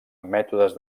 mètodes